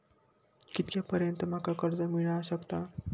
कितक्या पर्यंत माका कर्ज मिला शकता?